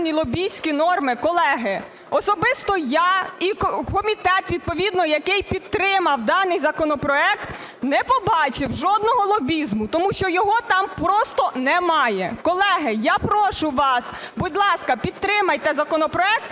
Колеги, я прошу вас, будь ласка, підтримайте законопроект